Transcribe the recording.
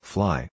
Fly